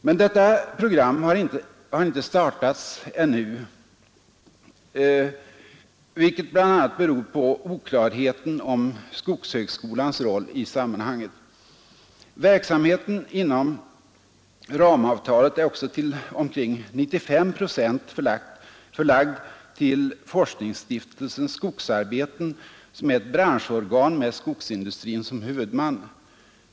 Men detta program har ännu inte startats, vilket bl.a. beror på oklarheten om skogshögskolans roll i sammanhanget. Verksamheten inom ramavtalet är också till 95 procent förlagd till Forskningsstiftelsen Skogsarbeten, som är ett branschorgan med skogsindustrin som huvudman.